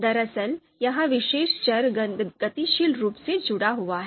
दरअसल यह विशेष चर गतिशील रूप से जुड़ा हुआ है